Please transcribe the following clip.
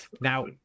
Now